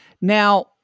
now